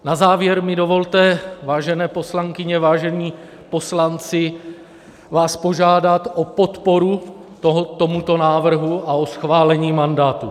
Na závěr mi dovolte, vážené poslankyně, vážení poslanci, vás požádat o podporu tomuto návrhu a o schválení mandátu.